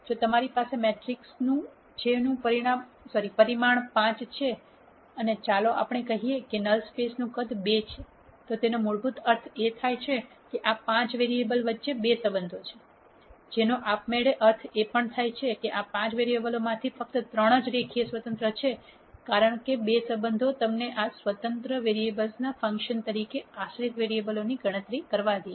જો તમારી પાસે મેટ્રિક્સ છે જેનું પરિમાણ 5 છે અને ચાલો આપણે કહીએ કે નલ સ્પેસ નું કદ 2 છે તો તેનો મૂળભૂત અર્થ એ છે કે આ 5 વેરીએબલ વચ્ચે 2 સંબંધો છે જેનો આપમેળે અર્થ એ પણ છે કે આ 5 વેરીએબલો માંથી ફક્ત 3 જ રેખીય સ્વતંત્ર છે કારણ કે 2 સંબંધો તમને આ સ્વતંત્ર વેરીએબલના ફંક્શન તરીકે આશ્રિત વેરીએબલોની ગણતરી કરવા દે છે